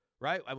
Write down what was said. Right